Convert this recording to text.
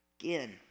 Again